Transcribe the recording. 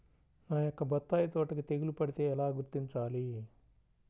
నా యొక్క బత్తాయి తోటకి తెగులు పడితే ఎలా గుర్తించాలి?